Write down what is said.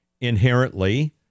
inherently